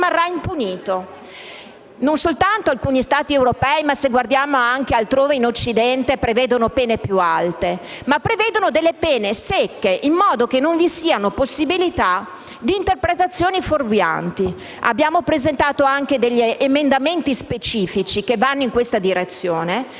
Non soltanto alcuni Stati europei (ma se guardiamo anche altrove in Occidente) prevedono pene più alte, ma prevedono pene secche in modo che non vi siano possibilità di interpretazioni fuorvianti. Abbiamo presentato anche emendamenti specifici che vanno in questa direzione.